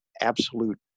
absolute